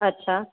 અચ્છા